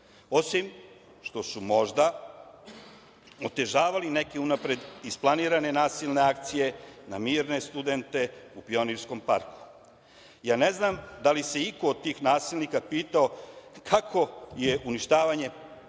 osim što su možda otežavali neke unapred isplanirane nasilne akcije na mirne studente u Pionirskom parku. Ja ne znam da li se iko od tih nasilnika pitao kako je uništavanje tih